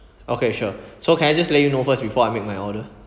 okay sure so can I just let you know first before I make my order